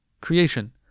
Creation